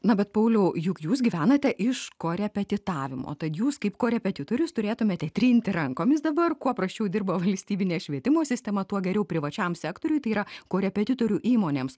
na bet pauliau juk jūs gyvenate iš korepetitavimo tad jūs kaip korepetitorius turėtumėte trinti rankomis dabar kuo prasčiau dirba valstybinė švietimo sistema tuo geriau privačiam sektoriui tai yra korepetitorių įmonėms